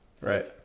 Right